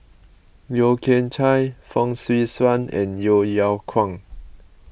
Yeo Kian Chye Fong Swee Suan and Yeo Yeow Kwang